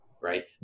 Right